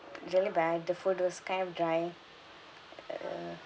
really bad the food was kind of dry err